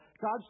God's